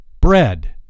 Bread